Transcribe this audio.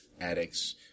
addicts